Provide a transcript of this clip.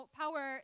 power